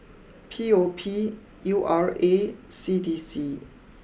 P O P U R A C D C